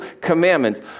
commandments